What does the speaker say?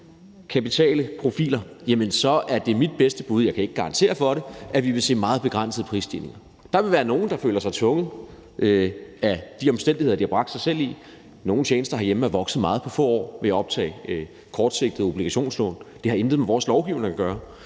kapitale profiler, er det mit bedste bud, men jeg kan ikke garantere for det, at vi vil se meget begrænsede prisstigninger. Kl. 11:45 Der vil være nogle, der føler sig tvunget af de omstændigheder, de har bragt sig selv i. Nogle tjenester herhjemme er vokset meget på få år ved at optage kortsigtede obligationslån; det har intet med vores lovgivning at gøre.